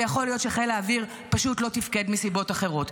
ויכול להיות שחיל האוויר פשוט לא תפקד מסיבות אחרות.